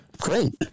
great